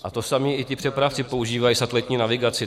A to samé i ti přepravci používají satelitní navigaci.